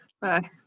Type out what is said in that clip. Bye